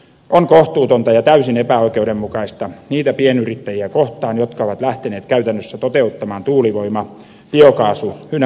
on kohtuutonta ja täysin epäoikeudenmukaista niitä pienyrittäjiä kohtaan jotka ovat lähteneet käytännössä toteuttamaan tuulivoima biokaasu ynnä muuta